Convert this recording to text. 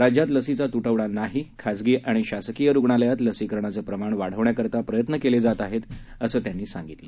राज्यात लसीचा त् वडा नाही खासगी आणि शासकीय रुग्णालयात लसीकरणाचं प्रमाण वाढवण्याकरता प्रयत्न केले जात आहेत असं त्यांनी सांगितलं